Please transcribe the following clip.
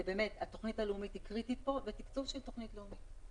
התוכנית הלאומית היא קריטית פה ותקצוב של תוכנית לאומית.